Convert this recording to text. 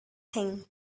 thing